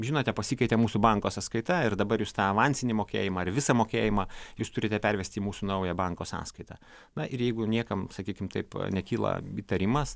žinote pasikeitė mūsų banko sąskaita ir dabar jūs tą avansinį mokėjimą ar visą mokėjimą jūs turite pervesti į mūsų naują banko sąskaitą na ir jeigu niekam sakykim taip nekyla įtarimas